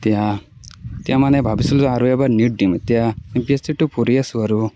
এতিয়া মানে ভাবিছিলোঁ আৰু এবাৰ নিট দিম এতিয়া কৰি আছোঁ আৰু